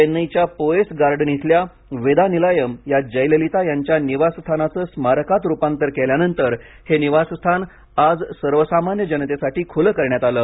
चेन्नईच्या Poes Garden इथल्या वेदा निलयम या जयललिता यांच्या निवासस्थाचे स्मारकात रुपांतर केल्यानंतर हे निवास स्थान आज सर्वसामान्य जनतेसाठी खुलं करण्यात आलं